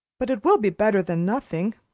but it will be better than nothing.